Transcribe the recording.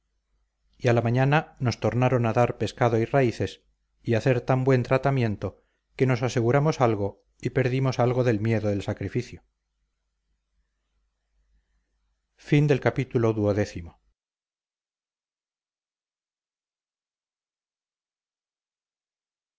y a la mañana nos tornaron a dar pescado y raíces y hacer tan buen tratamiento que nos aseguramos algo y perdimos algo el miedo del sacrificio